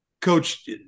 Coach